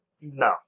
No